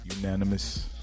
Unanimous